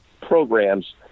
programs